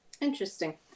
Interesting